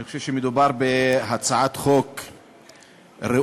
אני חושב שמדובר בהצעת חוק ראויה.